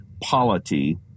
polity